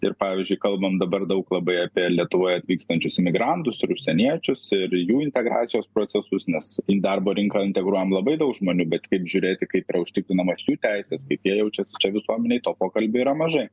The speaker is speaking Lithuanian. ir pavyzdžiui kalbam dabar daug labai apie lietuvoje atvykstančius imigrantus ir užsieniečius ir jų integracijos procesus nes į darbo rinką integruojam labai daug žmonių bet kaip žiūrėti kaip yra užtikrinamos jų teisės kaip jie jaučiasi čia visuomenėj to pokalbio yra mažai